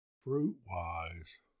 fruit-wise